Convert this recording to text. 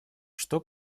что